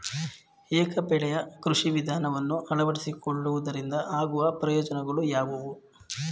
ಏಕ ಬೆಳೆಯ ಕೃಷಿ ವಿಧಾನವನ್ನು ಅಳವಡಿಸಿಕೊಳ್ಳುವುದರಿಂದ ಆಗುವ ಪ್ರಯೋಜನಗಳು ಯಾವುವು?